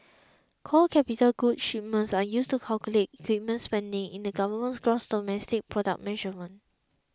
core capital goods shipments are used to calculate equipment spending in the government's gross domestic product measurement